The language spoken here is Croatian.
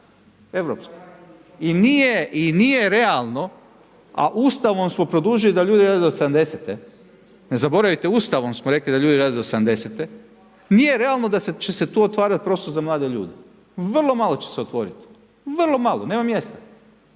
Europskoj. I nije realno, a Ustavom smo produžili da ljudi rade do 70e, ne zaboravite, Ustavom smo rekli da ljudi rade do 70e, nije realno da će se tu otvarat prostor za mlade ljude, vrlo malo će se otvorit, vrlo malo, nema mjesta.